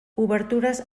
obertures